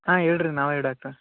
ಹಾಂ ಹೇಳ್ರಿ ನಾವೇ ಡಾಕ್ಟ್ರ